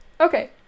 Okay